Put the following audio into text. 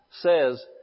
says